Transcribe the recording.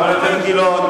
חבר הכנסת גילאון.